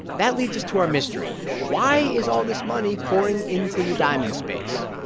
that leads us to our mystery. why is all this money pouring into the diamond space?